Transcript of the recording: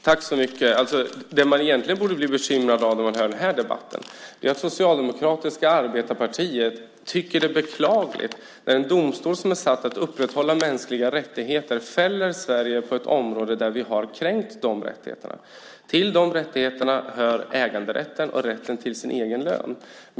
Herr talman! Det man egentligen borde bli bekymrad över när man hör den här debatten är att det socialdemokratiska arbetarpartiet tycker att det är beklagligt när en domstol som är satt att upprätthålla mänskliga rättigheter fäller Sverige på ett område där vi har kränkt de rättigheterna. Till de rättigheterna hör äganderätten och rätten till sin egen lön.